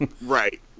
Right